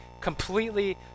completely